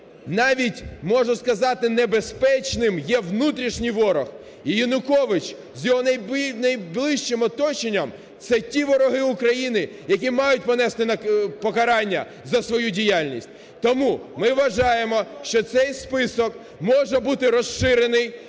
навіть можна сказати, небезпечним є внутрішній ворог. І Янукович з його найближчим оточенням – це ті вороги України, які мають понести покарання за свою діяльність. Тому ми вважаємо, що цей список може бути розширений,